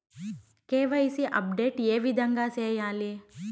KYC update ఏ విధంగా సేయాలి?